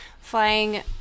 Flying